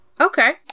Okay